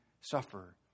suffer